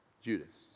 Judas